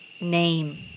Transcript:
name